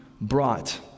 brought